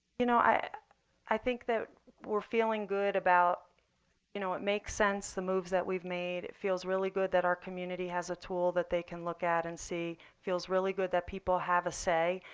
you know i i think that we're feeling good about you know it makes sense the moves that we've made. it feels really good that our community has a tool that they can look at and see. it feels really good that people have a say,